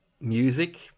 music